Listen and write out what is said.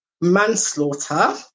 Manslaughter